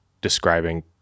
describing